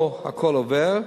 או שהכול עובר,